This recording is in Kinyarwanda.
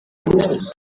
gusa